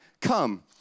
Come